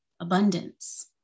abundance